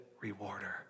rewarder